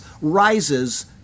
rises